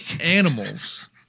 animals